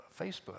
Facebook